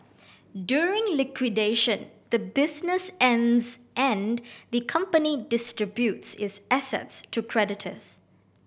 during liquidation the business ends and the company distributes its assets to creditors